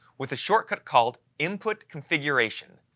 with a shortcut called input configuration.